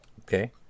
Okay